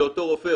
לאותו רופא,